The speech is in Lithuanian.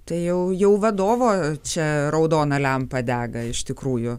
tai jau jau vadovo čia raudona lempa dega iš tikrųjų